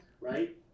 right